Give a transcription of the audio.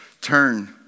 turn